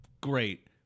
Great